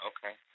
Okay